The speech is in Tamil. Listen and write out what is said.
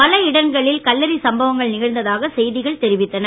பல இடங்களில் கல்லெறி சம்பவங்கள் நிகழ்ந்ததாக செய்திகள் தெரிவித்தன